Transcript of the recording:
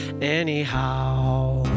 anyhow